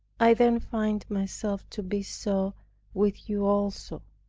i then find myself to be so with you also.